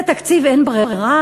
זה תקציב אין ברירה?